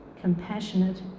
compassionate